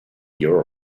your